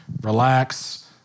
relax